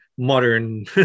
modern